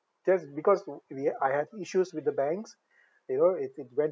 just because we uh I had issues with the banks you know it it went